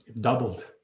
doubled